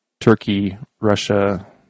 Turkey-Russia